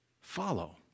follow